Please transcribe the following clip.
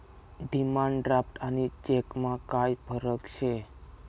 demand draft आणि चेकमा काय फरक शे